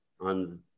on